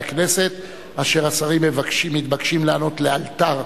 הכנסת אשר השרים מתבקשים לענות לאלתר